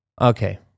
Okay